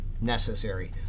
necessary